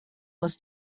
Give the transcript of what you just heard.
was